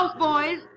boys